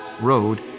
Road